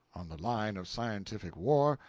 on the line of scientific war,